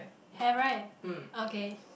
have right okay